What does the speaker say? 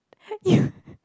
you